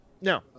No